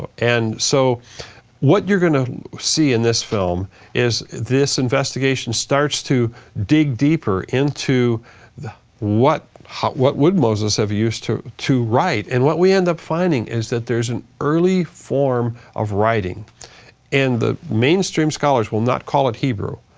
ah and so what you're gonna see in this film is this investigation starts to dig deeper into what what would moses have used to to write and what we end up finding is that there's an early form of writing and the mainstream scholars will not call it hebrew,